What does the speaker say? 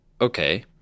Okay